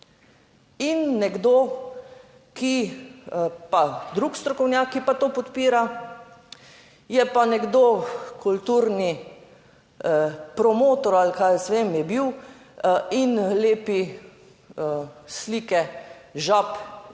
In nekdo, ki pa drug strokovnjak, ki pa to podpira, je pa nekdo, kulturni promotor ali kaj jaz vem, je bil, in lepi slike žab tudi